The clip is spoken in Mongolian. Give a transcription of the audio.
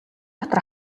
дотор